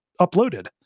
uploaded